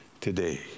today